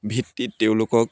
ভিত্তিত তেওঁলোকক